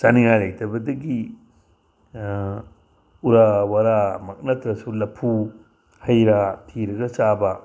ꯆꯥꯅꯤꯡꯉꯥꯏ ꯂꯩꯇꯕꯗꯒꯤ ꯎꯔꯥ ꯋꯥꯔꯥꯃꯛ ꯅꯠꯇ꯭ꯔꯁꯨ ꯂꯐꯨ ꯍꯩꯔꯥ ꯊꯤꯔꯒ ꯆꯥꯕ